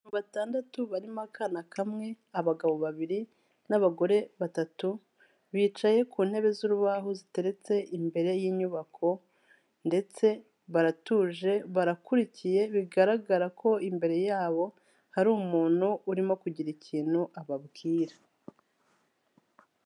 Abantu batandatu barimo akana kamwe, abagabo babiri n'abagore batatu, bicaye ku ntebe z'urubaho ziteretse imbere y'inyubako ndetse baratuje barakurikiye, bigaragara ko imbere yabo hari umuntu urimo kugira ikintu ababwira.